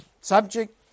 subject